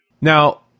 Now